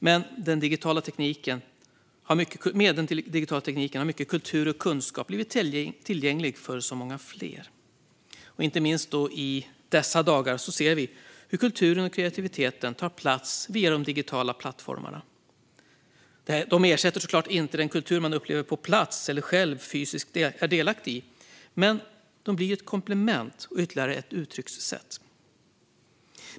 Med den digitala tekniken har mycket kultur och kunskap blivit tillgänglig för så många fler. Inte minst i dessa dagar ser vi hur kulturen och kreativiteten tar plats via de digitala plattformarna. Det ersätter inte den kultur man upplever på plats eller själv fysiskt är delaktig i, men de blir ett komplement och ytterligare ett uttryckssätt.